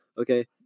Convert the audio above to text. okay